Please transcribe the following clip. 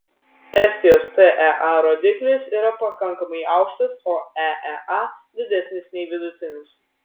estijos tea rodiklis yra pakankamai aukštas o eea didesnis nei vidutinis